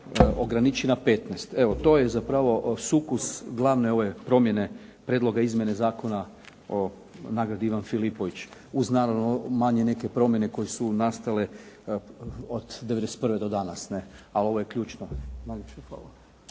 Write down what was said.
ograniči na 15. Evo, to je zapravo sukus glavne promjene, prijedloga izmjene Zakona o nagradi „Ivan Filipović“ uz manje neke promjene koje su nastale od 91. do danas, ali ovo je ključno.